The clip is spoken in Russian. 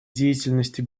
деятельности